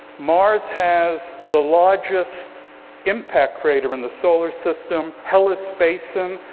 mars has the largest impact crater in the solar system, hellas basin.